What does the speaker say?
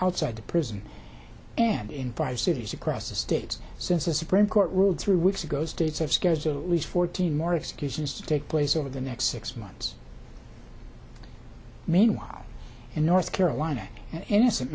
outside the prison and in five cities across the states since the supreme court ruled three weeks ago states have scares it was fourteen more excuses to take place over the next six months meanwhile in north carolina an innocent